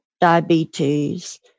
diabetes